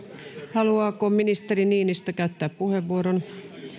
haluaako ministeri niinistö käyttää puheenvuoron